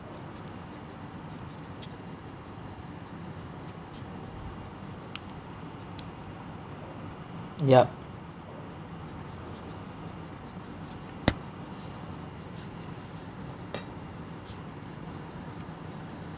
yup